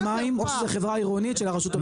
או שזה תאגיד מים או שזה חברה עירונית של הרשות המקומית.